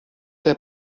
der